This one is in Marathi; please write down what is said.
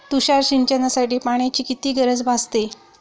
तुषार सिंचनासाठी पाण्याची किती गरज भासते?